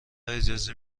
اجازه